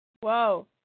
Whoa